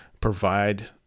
provide